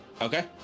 Okay